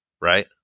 right